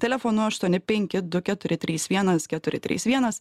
telefonu aštuoni penki du keturi trys vienas keturi trys vienas